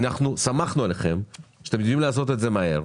אנחנו סמכנו עליכם שאתם יודעים לעשות את זה מהר,